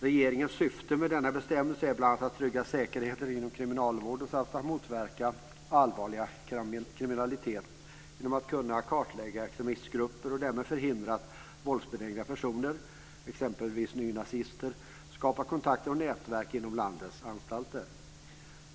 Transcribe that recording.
Regeringens syfte med denna bestämmelse är bl.a. att trygga säkerheten inom kriminalvården samt att motverka allvarlig kriminalitet genom att kunna kartlägga extremistgrupper och därmed förhindra att våldsbenägna personer, exempelvis nynazister, skapar kontakter och nätverk inom landets anstalter.